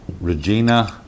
Regina